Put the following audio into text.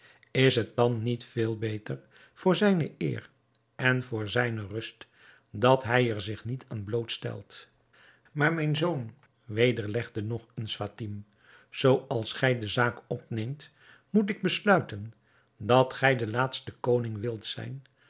is het dan niet veel beter voor zijne eer en voor zijne rust dat hij er zich niet aan blootstelt maar mijn zoon wederlegde nog eens fatime zoo als gij de zaak opneemt moet ik besluiten dat gij de laatste koning wilt zijn